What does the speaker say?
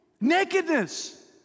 Nakedness